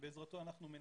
בעזרתו אנחנו מנטרים.